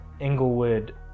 Englewood